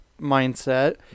mindset